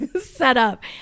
setup